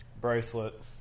bracelet